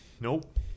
Nope